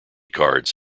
cards